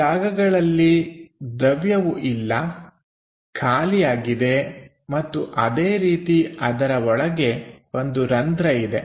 ಈ ಜಾಗಗಳಲ್ಲಿ ದ್ರವ್ಯವು ಇಲ್ಲ ಖಾಲಿಯಾಗಿದೆ ಮತ್ತು ಅದೇ ರೀತಿ ಅದರ ಒಳಗೆ ಒಂದು ರಂಧ್ರ ಇದೆ